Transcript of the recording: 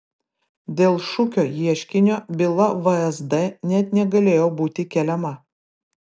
dėl šukio ieškinio byla vsd net negalėjo būti keliama